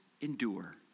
endure